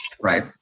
Right